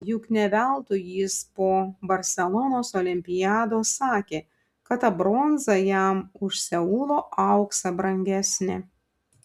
juk ne veltui jis po barselonos olimpiados sakė kad ta bronza jam už seulo auksą brangesnė